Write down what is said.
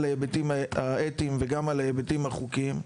ההיבטים האתיים וגם על ההיבטים החוקיים.